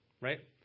Right